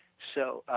so,